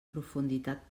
profunditat